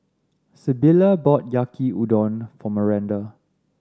Sybilla bought Yaki Udon for Myranda